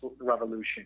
revolution